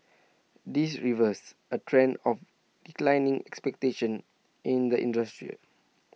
this reverses A trend of declining expectations in the industry